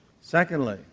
Secondly